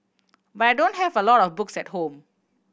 but I don't have a lot of books at home